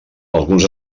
alguns